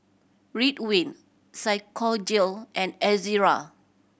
Ridwind Physiogel and Ezerra